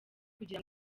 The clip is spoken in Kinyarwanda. kugira